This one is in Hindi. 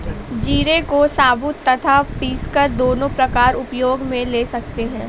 जीरे को साबुत तथा पीसकर दोनों प्रकार उपयोग मे ले सकते हैं